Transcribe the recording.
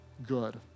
good